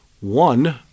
one